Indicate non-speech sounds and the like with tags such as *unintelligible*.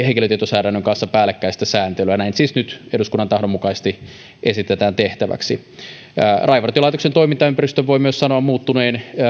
*unintelligible* henkilötietolainsäädännön kanssa päällekkäistä sääntelyä näin siis nyt eduskunnan tahdon mukaisesti esitetään tehtäväksi rajavartiolaitoksen toimintaympäristön voi myös sanoa muuttuneen